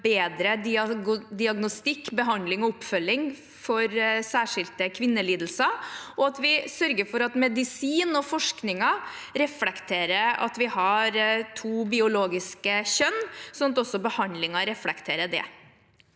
bedre diagnostikk, behandling og oppfølging for særskilte kvinnelidelser, og at vi sørger for at medisin og forskning reflekterer at vi har to biologiske kjønn, sånn at også behandlingen reflekterer det.